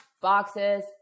boxes